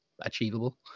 achievable